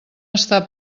estar